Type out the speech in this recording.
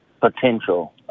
potential